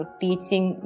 teaching